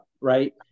right